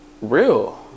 real